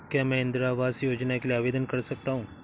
क्या मैं इंदिरा आवास योजना के लिए आवेदन कर सकता हूँ?